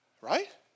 Right